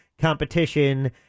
competition